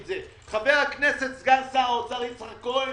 חבר הכנסת סגן שר האוצר יצחק כהן